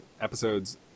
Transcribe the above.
episodes